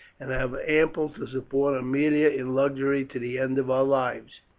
and have ample to support aemilia in luxury to the end of our lives.